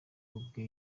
ubwe